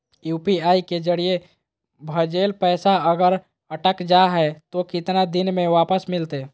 UPI के जरिए भजेल पैसा अगर अटक जा है तो कितना दिन में वापस मिलते?